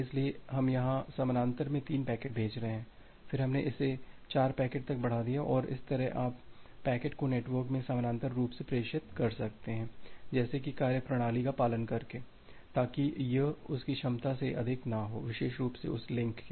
इसलिए यहां हम समानांतर में 3 पैकेट भेज रहे हैं फिर हमने इसे 4 पैकेट तक बढ़ा दिया है और इस तरह आप पैकेट को नेटवर्क में समानांतर रूप से प्रेषित कर सकते हैं जैसे कि एक कार्यप्रणाली का पालन करके ताकि यह उस की क्षमता से अधिक न हो विशेष रूप से उस लिंक के